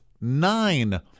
nine